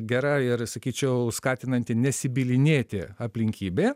gera ir sakyčiau skatinanti nesibylinėti aplinkybė